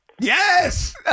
Yes